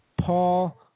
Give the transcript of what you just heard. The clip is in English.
Paul